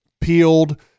peeled